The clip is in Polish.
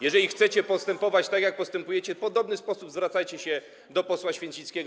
Jeżeli chcecie postępować tak, jak postępujecie, w podobny sposób zwracajcie się do posła Święcickiego.